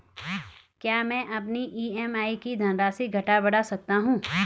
क्या मैं अपनी ई.एम.आई की धनराशि घटा बढ़ा सकता हूँ?